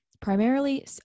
primarily